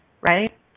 right